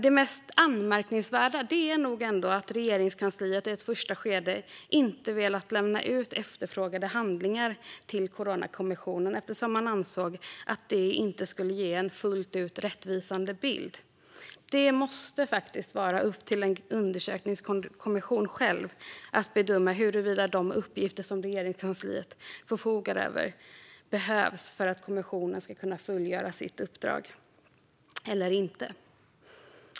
Det mest anmärkningsvärda är nog att Regeringskansliet i ett första skede inte velat lämna ut efterfrågade handlingar till Coronakommissionen eftersom man ansåg att de inte skulle ge en fullt ut rättvisande bild. Det måste dock vara upp till en undersökningskommission själv att bedöma huruvida de uppgifter som Regeringskansliet förfogar över behövs för att kommissionen ska kunna fullgöra sitt uppdrag.